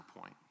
point